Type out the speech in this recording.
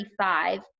35